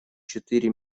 четыре